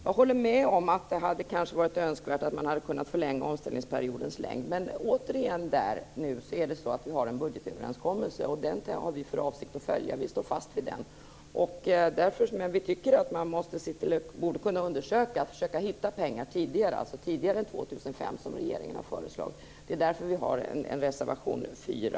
Jag håller med om att det kanske hade varit önskvärt att förlänga omställningsperioden, men återigen: Vi har en budgetöverenskommelse som vi står fast vid. Vi tycker att man borde kunna försöka hitta pengar tidigare än 2005, som regeringen har föreslagit. Det är därför som vi har avgivit reservationen 4